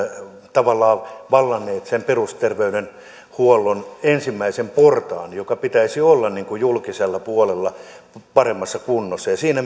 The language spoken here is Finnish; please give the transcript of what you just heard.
tavallaan vallanneet sen perusterveydenhuollon ensimmäisen portaan jonka pitäisi olla julkisella puolella paremmassa kunnossa siinä